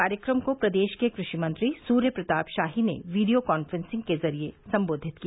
कार्यक्रम को प्रदेश के कृषि मंत्री सूर्य प्रताप शाही ने वीडियो कॉन्फ्रेंसिंग के जरिये सम्बोधित किया